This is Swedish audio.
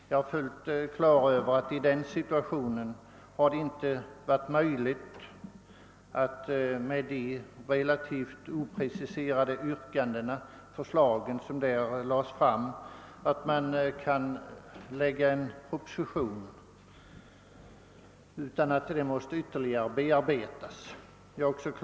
Jag har fullt klart för mig att det i den situationen — med de relativt opreciserade förslag som presenterades — inte varit möjligt att lägga fram en proposition utan ytterligare bearbetning av materialet.